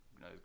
no